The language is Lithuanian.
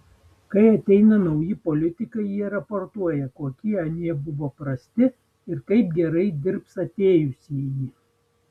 kai ateina nauji politikai jie raportuoja kokie anie buvo prasti ir kaip gerai dirbs atėjusieji